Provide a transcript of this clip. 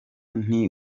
nti